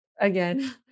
again